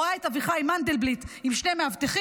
רואה את אביחי מנדלבליט עם שני מאבטחים,